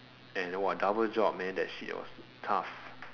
and !wah! double job man that shit was tough